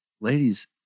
Ladies